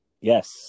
yes